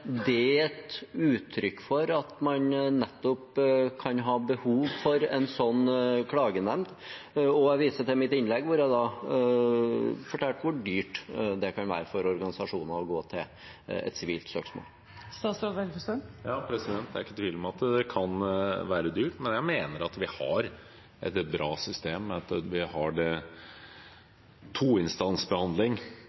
ikke det et uttrykk for at man kan ha behov for nettopp en slik klagenemnd? Jeg viser til mitt innlegg, hvor jeg fortalte hvor dyrt det kan være for organisasjoner å gå til et sivilt søksmål. Det er ikke tvil om at det kan være dyrt, men jeg mener at vi har et bra system ved at vi har